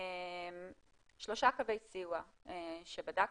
שלושה קווי סיוע שבדקנו,